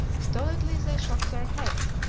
stolidly they shook their heads,